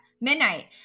midnight